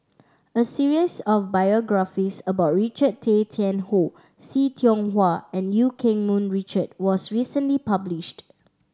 a series of biographies about Richard Tay Tian Hoe See Tiong Wah and Eu Keng Mun Richard was recently published